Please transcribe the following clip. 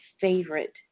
favorite